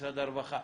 משרד הרווחה,